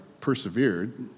persevered